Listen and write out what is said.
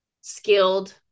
skilled